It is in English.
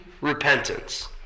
repentance